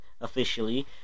officially